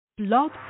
Love